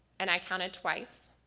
and i counted twice.